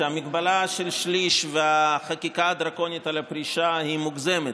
שהמגבלה של שליש והחקיקה הדרקונית על הפרישה היא מוגזמת,